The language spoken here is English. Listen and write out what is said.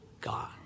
God